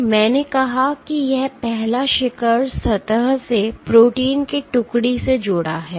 तो मैंने कहा कि यह पहला शिखर सतह से प्रोटीन के टुकड़ी से जुड़ा है